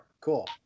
Cool